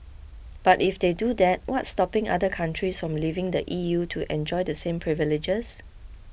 but if they do that what's stopping other countries from leaving the E U to enjoy the same privileges